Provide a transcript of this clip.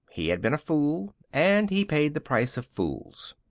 he had been a fool, and he paid the price of fools.